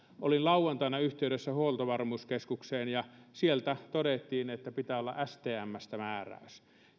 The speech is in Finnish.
olin lauantaina yhteydessä huoltovarmuuskeskukseen ja sieltä todettiin että pitää olla stmstä määräys